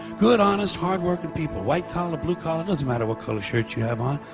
good, honest, hardworking people, white colour, blue colour doesn't matter what colour shirt you have on.